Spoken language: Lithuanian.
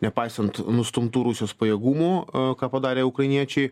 nepaisant nustumtų rusijos pajėgumų o ką padarė ukrainiečiai